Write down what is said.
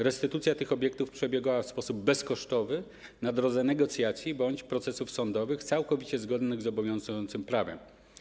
Restytucja tych obiektów przebiegała w sposób bezkosztowy, w drodze negocjacji bądź procesów sądowych, całkowicie zgodnych z obowiązującym prawem.